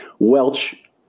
Welch